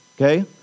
okay